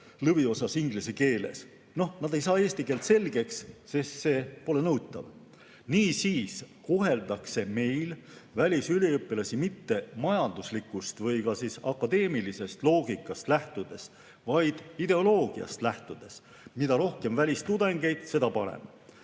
lõviosas inglise keeles. Nad ei saa eesti keelt selgeks, sest see pole nõutav. Niisiis koheldakse meil välisüliõpilasi mitte majanduslikust või akadeemilisest loogikast lähtudes, vaid ideoloogiast lähtudes: mida rohkem välistudengeid, seda parem.